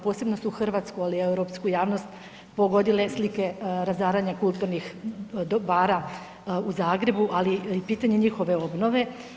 Posebno su hrvatsku, ali i europsku javnost pogodile slike razaranja kulturnih dobara u Zagrebu, ali i pitanje njihove obnove.